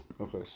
Okay